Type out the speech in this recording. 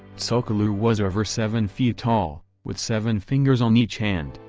tsul'kalu' was over seven feet tall, with seven fingers on each hand,